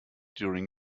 during